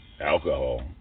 Alcohol